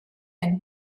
and